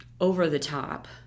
over-the-top